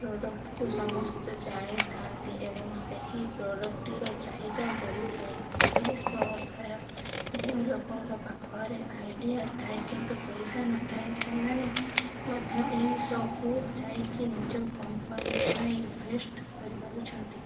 ପ୍ରଡ଼କ୍ଟକୁ ସମସ୍ତେ ଜାଣି ଥାଆନ୍ତି ଏବଂ ସେହି ପ୍ରଡ଼କ୍ଟଟିର ଚାହିଦା ବଢ଼ି ଥାଏ ଏହି ଶୋ ଦ୍ୱାରା ଯେଉଁ ଲୋକଙ୍କ ପାଖରେ ଆଇଡ଼ିଆ ଥାଏ କିନ୍ତୁ ପଇସା ନ ଥାଏ ସେମାନେ ମଧ୍ୟ ଏହି ଶୋକୁ ଯାଇକି ନିଜ କମ୍ପାନୀ ପାଇଁ ଇନଭେଷ୍ଟ୍ କରିପାରୁଛନ୍ତି